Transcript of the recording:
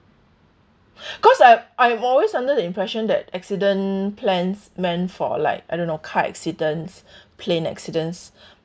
cause I I'm always under the impression that accident plans meant for like I don't know car accidents plane accidents